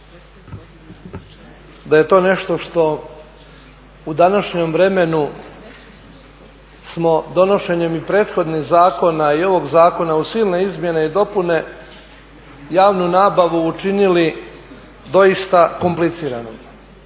da je to nešto što u današnjem vremenu smo donošenjem i prethodnih zakona i ovog zakona uz silne izmjene i dopune javnu nabavu učinili doista kompliciranom.